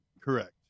Correct